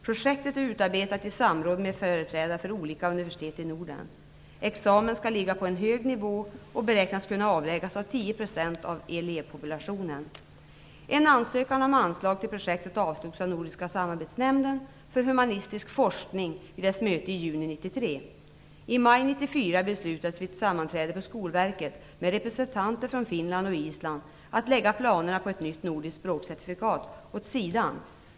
Projektet är utarbetat i samråd med företrädare för olika universitet i Norden. Examen skall ligga på en hög nivå och beräknas kunna avläggas av 10 % Nordiska samarbetsnämnden för humanistisk forskning vid dess möte i juni 1993. I maj 1994 beslutades vid ett sammanträde på Skolverket, med representanter från Finland och Island att lägga planerna på ett nytt nordiskt språkcertifikat åt sidan.